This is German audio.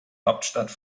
hauptstadt